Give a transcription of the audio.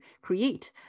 create